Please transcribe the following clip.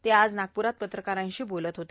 ते आज नागप्रात पत्रकारांशी बोलत होते